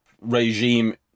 regime